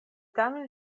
tamen